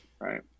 right